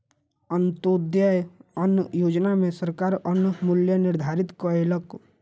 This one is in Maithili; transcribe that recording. अन्त्योदय अन्न योजना में सरकार अन्नक मूल्य निर्धारित कयलक